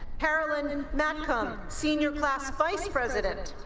caroline and matkom, senior class vice president